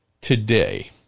today